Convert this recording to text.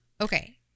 Okay